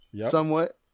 somewhat